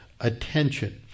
attention